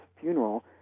funeral